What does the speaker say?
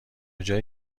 جایی